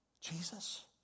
Jesus